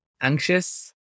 Anxious